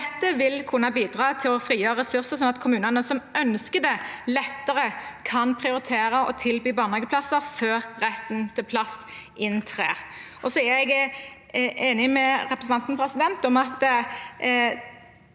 Dette vil kunne bidra til å frigjøre ressurser, sånn at kommunene som ønsker det, lettere kan prioritere å tilby barnehageplasser før retten til plass inntrer. Jeg er enig med representanten i at